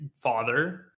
father